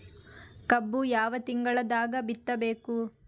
ಕಬ್ಬು ಯಾವ ತಿಂಗಳದಾಗ ಬಿತ್ತಬೇಕು?